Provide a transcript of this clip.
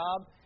job